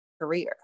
career